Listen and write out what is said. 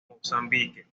mozambique